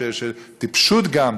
של טיפשות גם,